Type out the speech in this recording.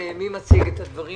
מי מציג את הדברים?